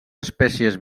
espècies